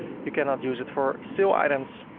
you cannot use it for sale items